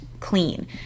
Clean